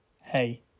Hey